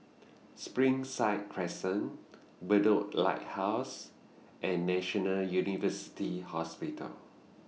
Springside Crescent Bedok Lighthouse and National University Hospital